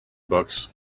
bucks